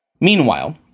Meanwhile